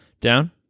Down